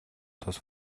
тус